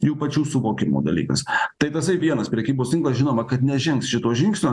jų pačių suvokimo dalykas tai tasai vienas prekybos tinklas žinoma kad nežengs šito žingsnio